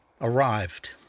arrived